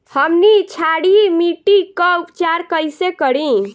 हमनी क्षारीय मिट्टी क उपचार कइसे करी?